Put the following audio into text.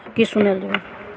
की सुनय लए जयबै